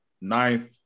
ninth